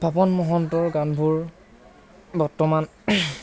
পাপন মহন্তৰ গানবোৰ বৰ্তমান